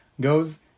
goes